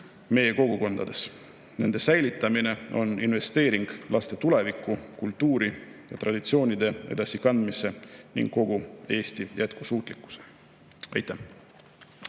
meie kogukondades. Nende säilitamine on investeering laste tulevikku, kultuuri ja traditsioonide edasikandmisse ning kogu Eesti jätkusuutlikkusse. Aitäh!